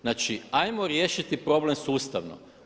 Znači, ajmo riješiti problem sustavno.